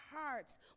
hearts